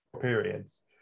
periods